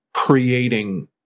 creating